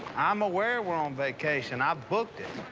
i'm aware we're on vacation. i booked it.